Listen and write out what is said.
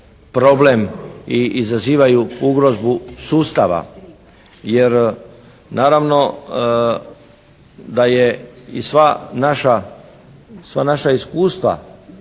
problem i izazivaju ugrozbu sustava. Jer naravno da je i sva naša, sva naša iskustva